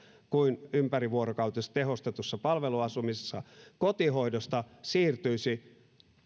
kuin ympärivuorokautisessa tehostetussa palveluasumisessa siirtyisi